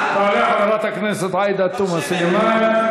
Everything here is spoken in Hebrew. תעלה חברת הכנסת עאידה תומא סלימאן,